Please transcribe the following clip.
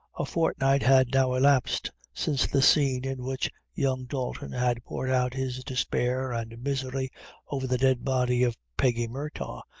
a fortnight had now elapsed since the scene in which young dalton had poured out his despair and misery over the dead body of peggy murtagh,